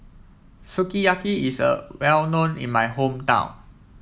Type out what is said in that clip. Sukiyaki is a well known in my hometown